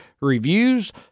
reviews